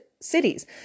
cities